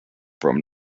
from